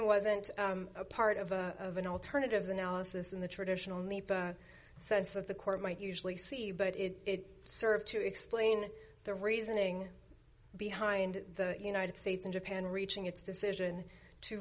wasn't a part of a of an alternative analysis and traditional nepa sense of the court might usually see but it served to explain the reasoning behind the united states in japan reaching its decision to